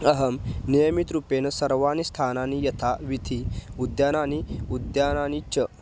अहं नियमितरूपेण सर्वाणि स्थानानि यथा वीथिः उद्यानानि उद्यानानि च